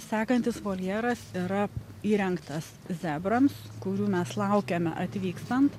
sekantis voljeras yra įrengtas zebrams kurių mes laukiame atvykstant